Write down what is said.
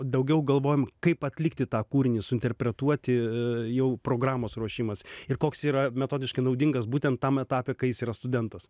daugiau galvojam kaip atlikti tą kūrinį suinterpretuoti jau programos ruošimas ir koks yra metodiškai naudingas būtent tam etape kai jis yra studentas